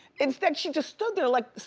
instead, she just stood there like,